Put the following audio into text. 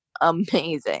amazing